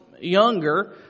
younger